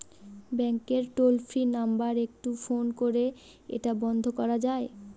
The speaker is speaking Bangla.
ব্যাংকের টোল ফ্রি নাম্বার একটু ফোন করে এটা বন্ধ করা যায়?